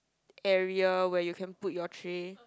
area where you can put your tray